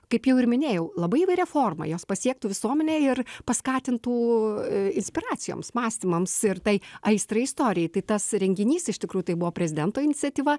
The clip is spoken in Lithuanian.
kaip jau ir minėjau labai įvairia forma jos pasiektų visuomenę ir paskatintų inspiracijoms mąstymams ir tai aistrą istorijai tai tas renginys iš tikrųjų tai buvo prezidento iniciatyva